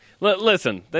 Listen